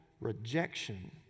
rejection